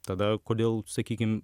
tada kodėl sakykim